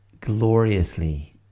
gloriously